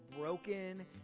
broken